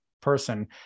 person